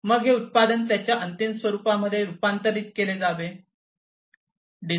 मग हे उत्पादन त्याच्या अंतिम स्वरूपामध्ये रूपांतरीत केले जावे